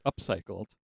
Upcycled